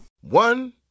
One